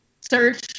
search